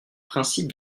principe